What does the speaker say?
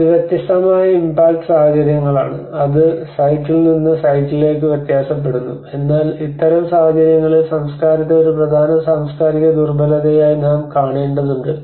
ഇത് വ്യത്യസ്തമായ ഇംപാക്റ്റ് സാഹചര്യങ്ങളാണ് അത് സൈറ്റിൽ നിന്ന് സൈറ്റിലേക്ക് വ്യത്യാസപ്പെടുന്നു എന്നാൽ ഇത്തരം സാഹചര്യങ്ങളിൽ സംസ്കാരത്തെ ഒരു പ്രധാന സാംസ്കാരിക ദുർബലതയായി നാം കാണേണ്ടതുണ്ട്